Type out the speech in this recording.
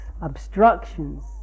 obstructions